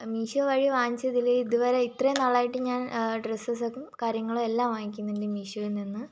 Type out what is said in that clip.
മീശോ വഴി വാങ്ങിച്ചതിൽ ഇതുവരെ ഇത്രയും നാളായിട്ട് ഞാൻ ഡ്രസ്സെസോ കാര്യങ്ങളും എല്ലാം വാങ്ങിക്കുന്നുണ്ട് മീശോയിൽ നിന്ന്